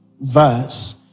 verse